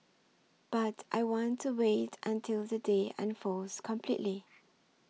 but I want to wait until the day unfolds completely